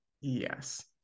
Yes